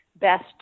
best